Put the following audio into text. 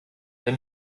wenn